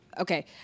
okay